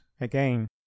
again